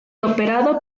operado